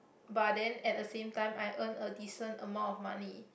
but then at the same time I earn a decent amount of money